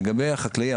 לגבי החקלאי,